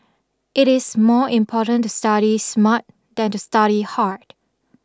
it is more important to study smart than to study hard